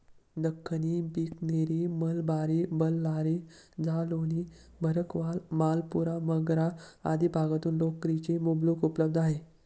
दख्खनी, बिकनेरी, मलबारी, बल्लारी, जालौनी, भरकवाल, मालपुरा, मगरा आदी भागातून लोकरीची मुबलक उपलब्धता आहे